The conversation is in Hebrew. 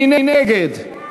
מי נגד?